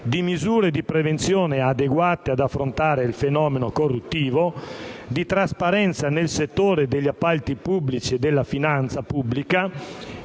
di misure di prevenzione adeguate ad affrontare il fenomeno corruttivo, di trasparenza nel settore degli appalti pubblici e della finanza pubblica,